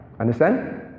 understand